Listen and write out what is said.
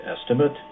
estimate